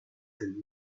sind